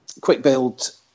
quick-build